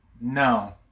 No